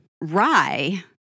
Rye